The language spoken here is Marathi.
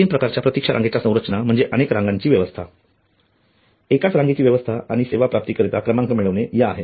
तीन प्रकारच्या प्रतीक्षा रांगेच्या संरचना म्हणजे अनेक रांगाची व्यवस्था एकाच रांगेची व्यवस्था आणि सेवा प्राप्ती करता क्रमांक मिळवणे या आहेत